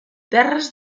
terres